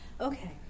Okay